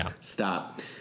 stop